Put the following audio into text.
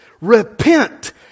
repent